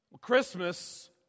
Christmas